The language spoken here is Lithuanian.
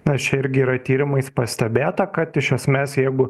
na čia irgi yra tyrimais pastebėta kad iš esmės jeigu